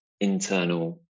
internal